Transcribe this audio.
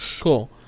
cool